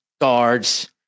guards